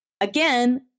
again